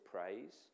praise